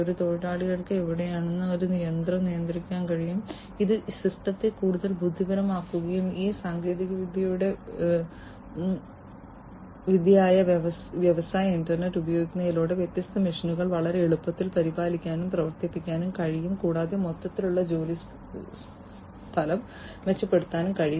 ഒരു തൊഴിലാളിക്ക് എവിടെനിന്നും ഒരു യന്ത്രം നിയന്ത്രിക്കാൻ കഴിയും ഇത് സിസ്റ്റത്തെ കൂടുതൽ ബുദ്ധിപരമാക്കുകയും ഈ സാങ്കേതികവിദ്യയായ വ്യാവസായിക ഇന്റർനെറ്റ് ഉപയോഗിക്കുന്നതിലൂടെ വ്യത്യസ്ത മെഷീനുകൾ വളരെ എളുപ്പത്തിൽ പരിപാലിക്കാനും പ്രവർത്തിപ്പിക്കാനും കഴിയും കൂടാതെ മൊത്തത്തിലുള്ള ജോലിസ്ഥലം മെച്ചപ്പെടുത്താനും കഴിയും